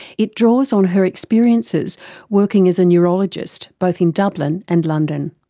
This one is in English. it draws on her experiences working as a neurologist both in dublin and london.